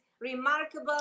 remarkable